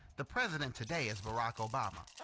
the president today is barack obama.